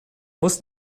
muss